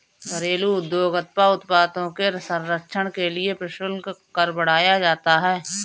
घरेलू उद्योग अथवा उत्पादों के संरक्षण के लिए प्रशुल्क कर बढ़ाया जाता है